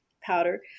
powder